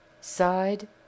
sighed